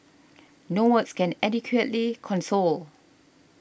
no words can adequately console